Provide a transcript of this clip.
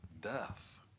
death